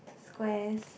squares